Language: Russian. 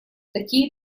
такие